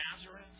Nazareth